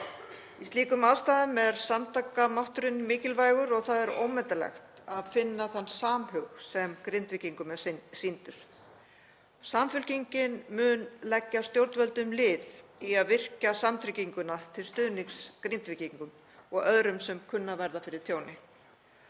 Í slíkum aðstæðum er samtakamátturinn mikilvægur og það er ómetanlegt að finna þann samhug sem Grindvíkingum er sýndur. Samfylkingin mun leggja stjórnvöldum lið í að virkja samtrygginguna til stuðnings Grindvíkingum og öðrum sem kunna að verða fyrir tjóni.